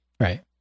Right